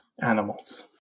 animals